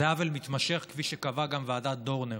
זה עוול מתמשך, כפי שקבעה גם ועדת דורנר.